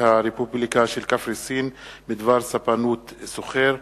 הרפובליקה של קפריסין בדבר ספנות סוחר,